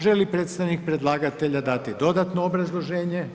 Želi li predstavnik predlagatelja dati dodatno obrazloženje?